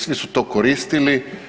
Svi su to koristili.